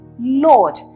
Lord